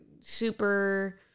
super